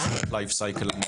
בתוכנית life cycle.